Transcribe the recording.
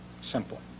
Simple